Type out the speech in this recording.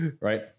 right